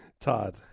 Todd